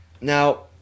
Now